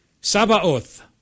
Sabaoth